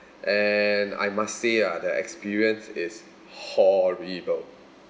and I must say ah the experience is horrible